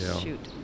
shoot